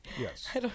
Yes